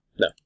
No